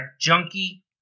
junkie